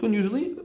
usually